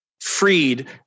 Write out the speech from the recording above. freed